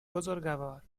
بزرگوار